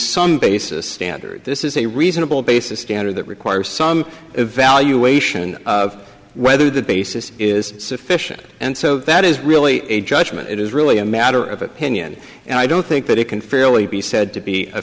song basis standard this is a reasonable basis standard that requires some evaluation of whether the basis is sufficient and so that is really a judgment it is really a matter of opinion and i don't think that it can fairly be said to be a